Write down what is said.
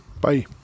Bye